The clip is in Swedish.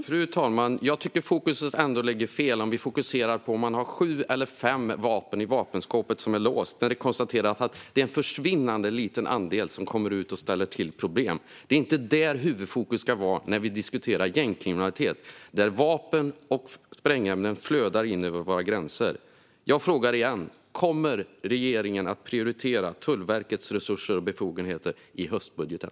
Fru talman! Jag tycker ändå att fokus ligger fel om vi fokuserar på om man har sju eller fem vapen i sitt låsta vapenskåp. Det är ju konstaterat att det är en försvinnande liten andel av dessa som kommer ut och ställer till problem. Det är inte där huvudfokus ska vara när vi diskuterar gängkriminalitet, där vapen och sprängämnen flödar in över våra gränser. Jag frågar igen: Kommer regeringen att prioritera Tullverkets resurser och befogenheter i höstbudgeten?